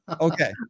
Okay